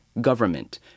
government